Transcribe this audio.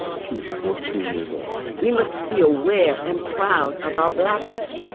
she was fourteen years old we must be aware and proud of our blackness.